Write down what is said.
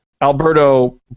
Alberto